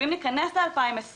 אם ניכנס ל-2020